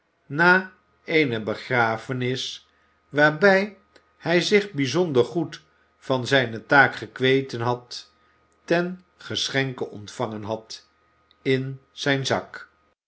jeugdigen zwerveling waarbij hij zich bijzonder goed van zijne taak gekweten had ten geschenke ontvangen had in zijn zak